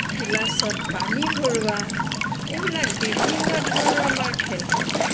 গিলাচত পানী ভৰোৱা এইবিলাক বিভিন্ন ধৰণৰ আমাৰ খেল হয়